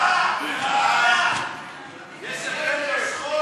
ההצעה להסיר מסדר-היום את הצעת חוק